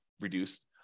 reduced